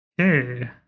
Okay